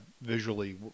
visually